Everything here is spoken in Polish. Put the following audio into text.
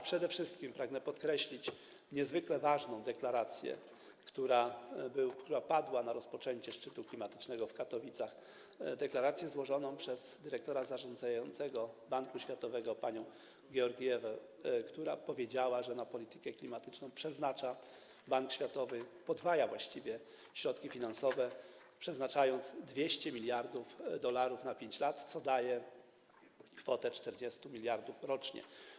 Przede wszystkim pragnę podkreślić niezwykle ważną deklarację, która padła na rozpoczęciu szczytu klimatycznego w Katowicach, deklarację złożoną przez dyrektora zarządzającego Banku Światowego panią Georgijewę, która powiedziała, że na politykę klimatyczną Bank Światowy właściwie podwaja środki finansowe, przeznacza 200 mld dolarów na 5 lat, co daje kwotę 40 mld rocznie.